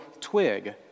twig